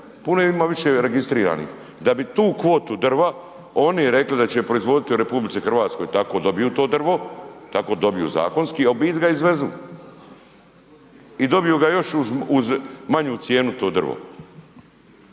Puno više ima registriranih, da bi tu kvotu drva oni rekli da će proizvoditi u RH tako dobiju to drvo, tako dobiju zakonski, a u biti ga izvezu i dobiju ga još uz manju cijenu to drvo.